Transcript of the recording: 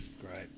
Great